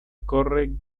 corre